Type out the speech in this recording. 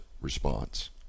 response